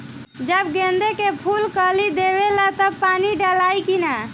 जब गेंदे के फुल कली देवेला तब पानी डालाई कि न?